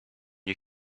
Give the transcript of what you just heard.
you